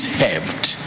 helped